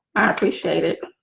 i appreciate it